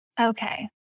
Okay